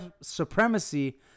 supremacy